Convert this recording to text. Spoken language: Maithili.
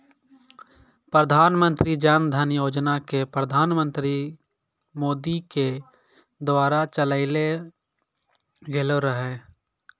प्रधानमन्त्री जन धन योजना के प्रधानमन्त्री मोदी के द्वारा चलैलो गेलो रहै